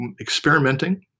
Experimenting